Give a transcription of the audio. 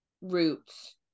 roots